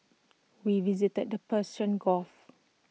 we visited the Persian gulf